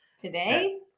Today